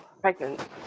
pregnant